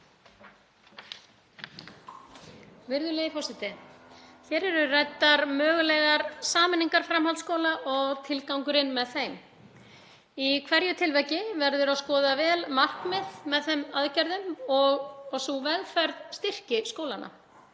Virðulegi forseti. Hér eru ræddar mögulegar sameiningar framhaldsskóla og tilgangurinn með þeim. Í hverju tilviki verður að skoða vel markmið með þeim aðgerðum og að sú vegferð styrki skólana.